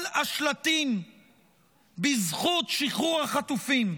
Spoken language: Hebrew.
כל השלטים בזכות שחרור החטופים,